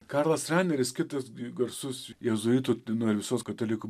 karlas raneris kitas garsus jėzuitų ordino ir visos katalikų